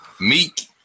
Meek